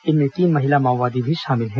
इनमें तीन महिला माओवादी भी शामिल हैं